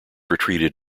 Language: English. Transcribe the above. retreated